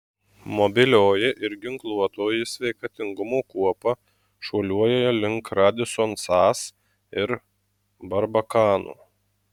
mobilioji ir ginkluotoji sveikatingumo kuopa šuoliuoja link radisson sas ir barbakano